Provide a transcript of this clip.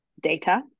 data